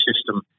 system